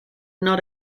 not